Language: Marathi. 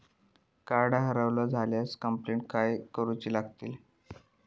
कार्ड हरवला झाल्या कंप्लेंट खय करूची लागतली?